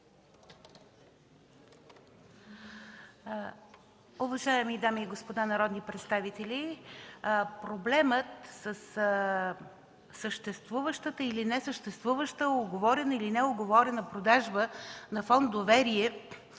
Уважаеми дами и господа народни представители, проблемът със съществуващата или несъществуваща, уговорена или неуговорена продажба на фонд „Доверие”,